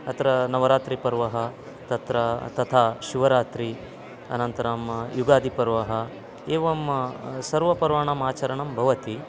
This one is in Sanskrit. अत्र नवरात्रिपर्व तत्र तथा शिवरात्रि अनन्तरं युगादिपर्व एवं सर्वपर्वणाम् आचरणं भवति